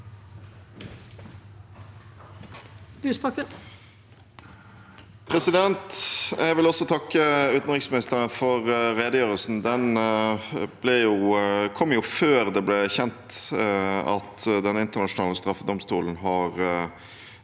Jeg vil også tak- ke utenriksministeren for redegjørelsen. Den kom jo før det ble kjent at Den internasjonale straffedomstolen kom